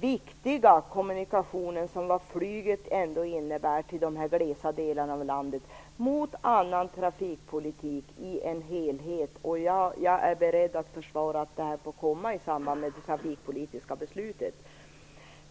viktiga kommunikation som flyget till dessa glesa delar av landet ändå innebär mot annan trafikpolitik, i en helhet. Jag är beredd att försvara att detta får komma i samband med det trafikpolitiska beslutet.